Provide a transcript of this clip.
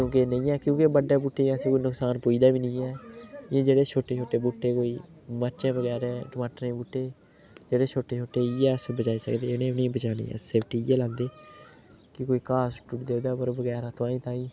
मुमकन नेईं ऐ क्योंकि बड्डे बूह्टें गी ऐसा कोई नकसान पुजदा बी नी ऐ एह् जेह्ड़े छोटे छोटे बूह्टे कोई मरचां बगैरा टमाटर बूह्टे जेह्ड़े छोटे छोटे इ'यै अस बचाई सकदे इ'नें बचाने सेफ्टी लांदे ते कोई घा सुट्टू ओड़दे एह्दे पर बगैरा तुआहीं ताहीं